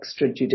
extrajudicial